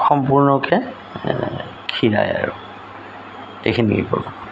সম্পূৰ্ণকৈ খীৰাই আৰু এইখিনিকেই ক'লোঁ